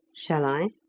shall i?